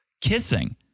kissing